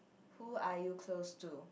who are you close to